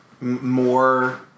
more